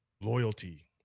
loyalty